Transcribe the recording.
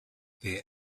there